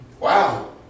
Wow